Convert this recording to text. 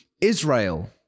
Israel